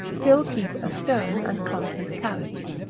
still keep a stern and constant carriage.